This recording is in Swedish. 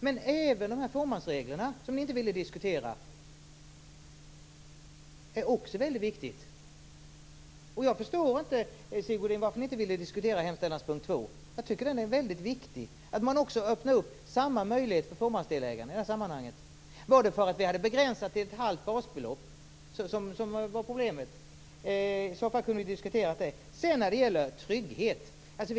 Men fåmansreglerna som ni inte ville diskutera är också väldigt viktiga. Jag förstår inte, Sigge Godin, varför ni inte ville diskutera hemställanspunkt 2. Jag tycker att den är viktig. Det är viktigt att man också öppnar samma möjligheter för fåmansdelägare i det här sammanhanget. Var det att vi hade gjort en begränsning till ett halvt basbelopp som var problemet? I så fall hade vi kunnat diskutera det. Så till tryggheten.